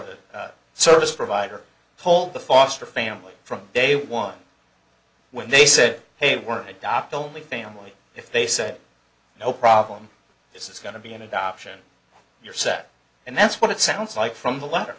the service provider told the foster family from day one when they said hey we're a doctor only family if they said no problem this is going to be an adoption you're set and that's what it sounds like from the letter